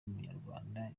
umunyarwanda